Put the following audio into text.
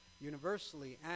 universally